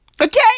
Okay